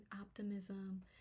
optimism